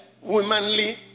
womanly